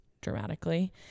dramatically